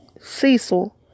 Cecil